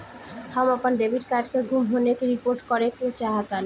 हम अपन debit card के गुम होने की रिपोर्ट करे चाहतानी